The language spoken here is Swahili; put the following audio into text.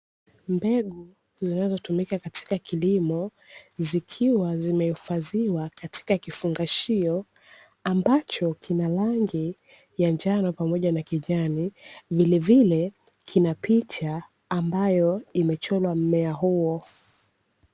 Mbegu zinazotumika katika kilimo, zikiwa zimehifadhiwa katika kifungashio, ambacho kina rangi ya njano pamoja na kijani, vilevile kina picha ambayo imechorwa mmea huo.